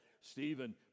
Stephen